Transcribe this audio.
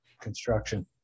Construction